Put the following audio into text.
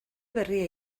berria